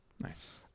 Nice